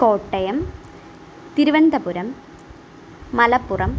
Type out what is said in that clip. Kottayam Thiruvananthapuram Malappuram